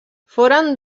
foren